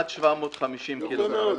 עד 750 טון.